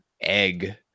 egg